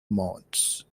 months